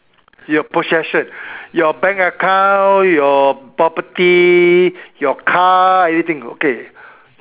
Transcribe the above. your possession your bank account your property your car everything okay